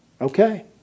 Okay